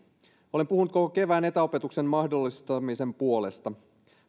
olen puhunut koko kevään etäopetuksen mahdollistamisen puolesta